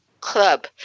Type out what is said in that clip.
club